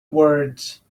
words